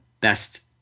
best